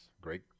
great